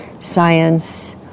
science